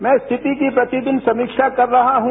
मैं स्थिति की प्रतिदिन समीक्षा कर रहा हूं